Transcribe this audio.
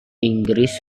inggris